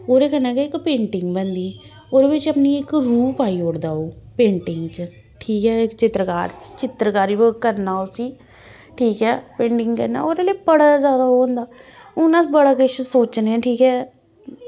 ओह्दे कन्नै गै इक पेंटिंग बनदी ओह्दे बिच अपनी इक रूप पाई ओड़दा ओह् पेंटिंग च ठीक ऐ इक चित्तरकार चित्तरकारी बी करना उसी ठीक ऐ पेंटिंग करना ओह्दे लेई बड़ा जादा ओह् होंदा हून अस बड़ा किश सोचने आं ठीक ऐ